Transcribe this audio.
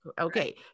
Okay